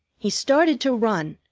he started to run,